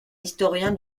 historien